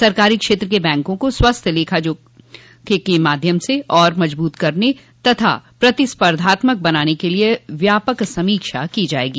सरकारी क्षेत्र के बैंकों को स्वस्थ लेखा जोखा के माध्यम से और मजबूत करने तथा प्रतिस्पर्धात्मक बनाने के लिए व्यापक समीक्षा की जाएगी